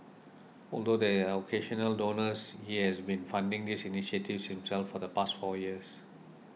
although there are occasional donors he has been funding these initiatives himself for the past four years